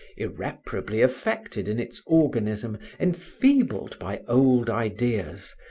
irreparably affected in its organism, enfeebled by old ideas,